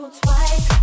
twice